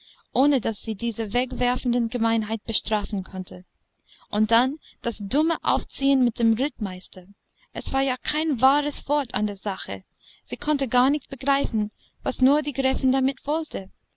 ohne daß sie diese wegwerfende gemeinheit bestrafen konnte und dann das dumme aufziehen mit dem rittmeister es war ja kein wahres wort an der sache sie konnte gar nicht begreifen was nur die gräfin damit wollte